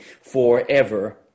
forever